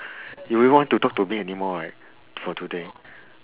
you won't want to talk to me anymore right for today